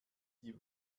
die